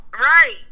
right